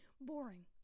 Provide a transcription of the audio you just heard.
boring